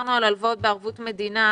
דיברנו על הלוואות בערבות מדינה,